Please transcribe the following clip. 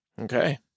Okay